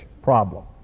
problem